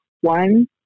one